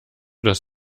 das